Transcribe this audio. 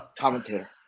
commentator